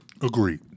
Agreed